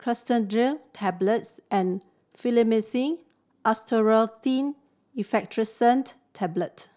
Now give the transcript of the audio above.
Cetirizine Tablets and Fluimucil Acetylcysteine Effervescent Tablet